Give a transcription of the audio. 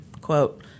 quote